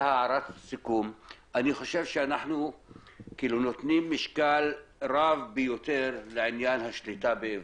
לדעתי אנחנו נותנים משקל רב ביותר לעניין השליטה בעברית.